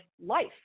life